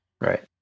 right